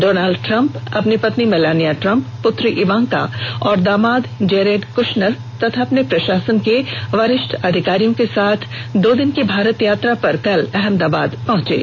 Donald Trump अपनी पत्नी Melania Trump पूत्री इवांका और दामाद जेरेड कुशनर तथा अपने प्रशासन के वरिष्ठ अधिकारियों के साथ दो दिन की भारत यात्रा पर कल अहमदाबाद पहुंचे हैं